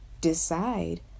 decide